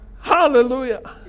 Hallelujah